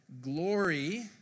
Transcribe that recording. glory